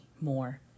more